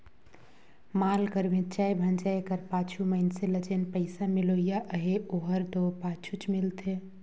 माल कर बेंचाए भंजाए कर पाछू मइनसे ल जेन पइसा मिलोइया अहे ओहर दो पाछुच मिलथे